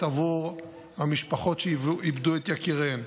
בעבור המשפחות שאיבדו את יקיריהן.